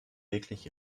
wirklich